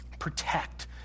protect